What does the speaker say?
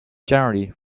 generally